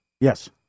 Yes